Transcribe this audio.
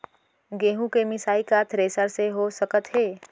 गेहूँ के मिसाई का थ्रेसर से हो सकत हे?